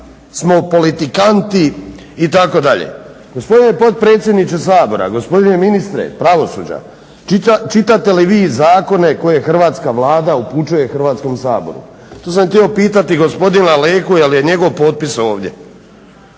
smo politikanti itd. Gospodine potpredsjedniče Sabora, gospodine ministre pravosuđa čitate li vi zakone koje hrvatska Vlada upućuje Hrvatskom saboru? To sam htio pitati gospodina Leku jer je njegov potpis ovdje,